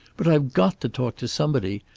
but i've got to talk to somebody.